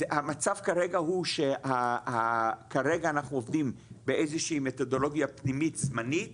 המצב כרגע הוא שכרגע אנחנו עובדים באיזושהי מתודולוגיה פנימית זמנית